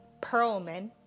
Perlman